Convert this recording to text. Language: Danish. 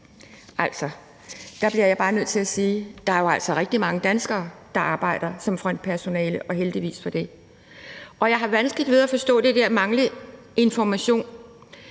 er rigtig mange danskere, der arbejder som frontpersonale, og heldigvis for det. Jeg har vanskeligt ved at forstå det der om manglende information.